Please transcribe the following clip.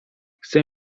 chcę